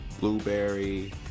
Blueberry